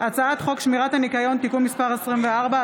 הצעת חוק שמירת הניקיון (תיקון מס' 24),